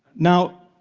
now,